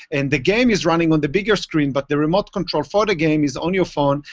and the game is running on the bigger screen. but the remote control for the game is on your phone.